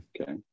okay